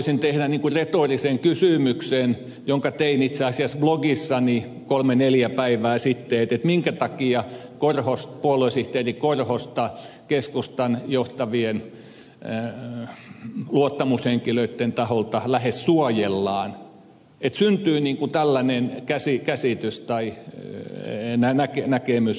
voisin tehdä retorisen kysymyksen jonka tein itse asiassa blogissani kolme neljä päivää sitten minkä takia puoluesihteeri korhosta keskustan johtavien luottamushenkilöitten taholta lähes suojellaan että syntyy tällainen käsitys tai näkemys että näin tapahtuu